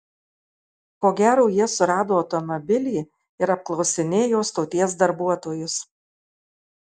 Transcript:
ko gero jie surado automobilį ir apklausinėjo stoties darbuotojus